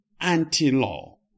anti-law